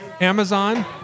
Amazon